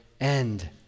end